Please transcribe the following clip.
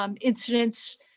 incidents